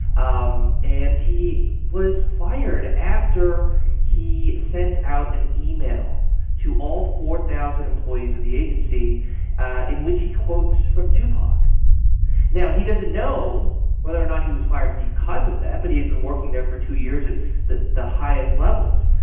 um and he was fired after he sent out an email to all four thousand employees of the agency in which he quotes from tupac now, he doesn't know whether or not he was fired because of that, but he had been working there for two years at the the highest levels,